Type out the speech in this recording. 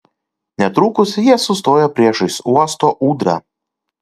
netrukus jie sustojo priešais uosto ūdrą